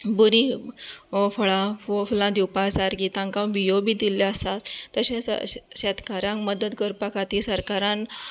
बरी फळां फुलां दिवपां सारकीं तांकां बियो बी दिल्यो आसात तशेंच शेतकारांक मदत करपा खातीर सरकारान